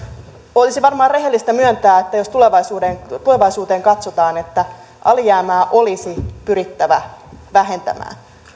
olisi varmaan rehellistä myöntää että jos tulevaisuuteen tulevaisuuteen katsotaan niin alijäämää olisi pyrittävä vähentämään